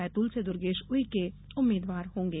बैतूल से दुर्गेश उइके उम्मीदवार होंगे